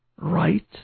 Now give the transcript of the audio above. right